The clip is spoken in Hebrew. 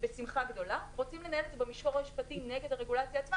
בשמחה גדולה; רוצים לנהל את זה במישור המשפטי נגד הרגולציה עצמה,